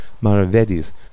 maravedis